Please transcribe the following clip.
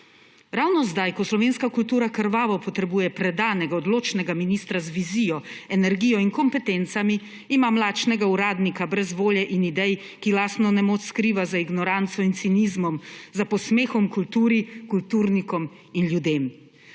Ravno zdaj, ko slovenska kultura krvavo potrebuje predanega, odločnega ministra z vizijo, energijo in kompetencami, imam lačnega uradnika brez volje in idej, ki lastno nemoč skriva za ignoranco in cinizmom, za posmehom kulturi, kulturnikom in ljudem.